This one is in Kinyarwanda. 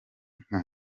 nka